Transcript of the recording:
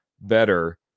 better